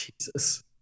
Jesus